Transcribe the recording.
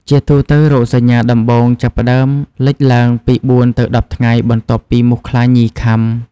ជាទូទៅ រោគសញ្ញាដំបូងចាប់ផ្តើមលេចឡើងពី ៤ ទៅ ១០ ថ្ងៃ បន្ទាប់ពីមូសខ្លាញីខាំ។